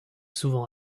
souvent